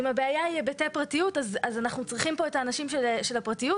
אם הבעיה היא היבטי פרטיות אז אנחנו צריכים פה את האנשים של הפרטיות.